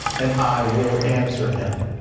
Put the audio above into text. and i will answer him.